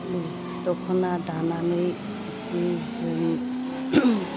दख'ना दानानै जि जोम